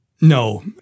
No